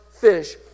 fish